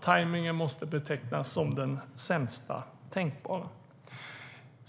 Tajmningen måste betecknas som den sämsta tänkbara, fru talman.